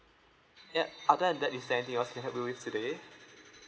yup other than that is there anything else can I help you with today